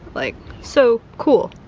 like, so cool.